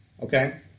Okay